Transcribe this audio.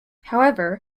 however